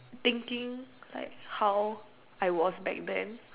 thinking like how I was back then